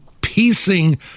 piecing